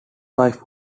wife